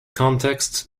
context